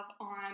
on